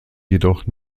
jedoch